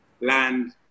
land